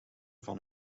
van